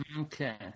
Okay